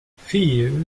viel